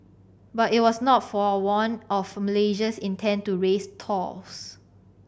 but it was not forewarned of Malaysia's intent to raise tolls